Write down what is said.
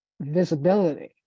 visibility